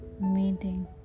meeting